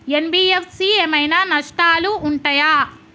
NBFC ఏమైనా నష్టాలు ఉంటయా?